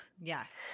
Yes